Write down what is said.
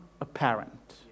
apparent